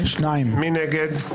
מי נגד?